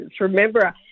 remember